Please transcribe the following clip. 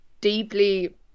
deeply